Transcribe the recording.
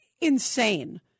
insane